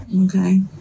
Okay